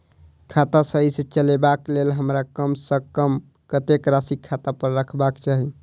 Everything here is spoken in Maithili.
खाता सही सँ चलेबाक लेल हमरा कम सँ कम कतेक राशि खाता पर रखबाक चाहि?